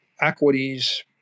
equities